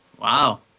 Wow